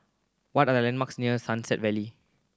what are the landmarks near Sunset valley